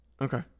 Okay